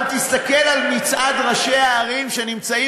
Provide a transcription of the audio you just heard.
אבל תסתכל על מצעד ראשי הערים שנמצאים